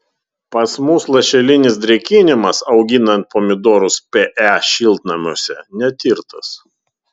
pas mus lašelinis drėkinimas auginant pomidorus pe šiltnamiuose netirtas